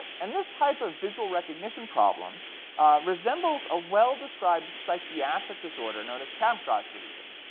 and this type of visual recognition problem resembles a well-described psychiatric disorder known as capgras delusion.